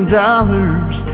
dollars